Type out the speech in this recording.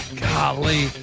golly